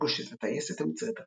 "פגוש את הטייסת המצרית הראשונה",